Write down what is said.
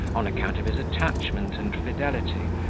on account of his attachment and fidelity,